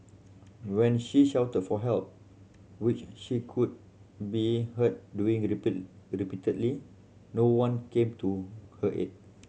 when she shouted for help which she could be heard doing repeatedly no one came to her aid